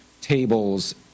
tables